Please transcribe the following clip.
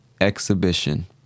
exhibition